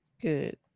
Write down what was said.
good